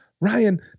Ryan